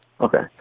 Okay